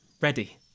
ready